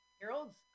Harold's